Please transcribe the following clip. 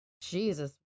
jesus